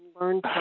learn